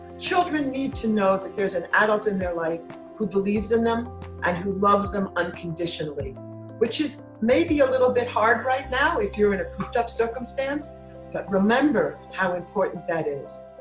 children need to know that there's an adult in their life who believes in them and who loves them unconditionally which is maybe a little bit hard right now if you're in a cooped-up circumstance but remember how important that is.